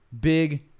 big